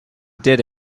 did